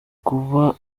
kuba